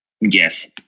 Yes